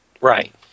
Right